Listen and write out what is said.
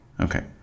okay